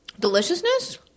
Deliciousness